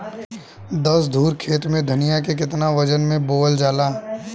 दस धुर खेत में धनिया के केतना वजन मे बोवल जाला?